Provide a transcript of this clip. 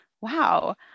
wow